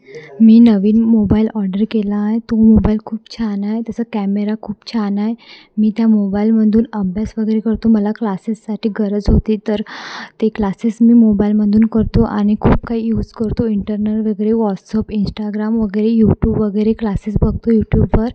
मी नवीन mobile order केलाय तो मोबाईल खूप छान आहे त्याचा कॅमेरा खूप छान आहे मी त्या मोबाईलमधून अभ्यास वगैरे करतो मला क्लासेससाठी गरज होती तर ते क्लासेस मी मोबाईलमधून करतो आणि खूप काही यूज करतो इंटरनेल वगैरे वॉट्सअप इंस्टाग्राम वगैरे यूट्यूब वगैरे क्लासेस बघतो यूट्यूबवर